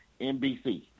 NBC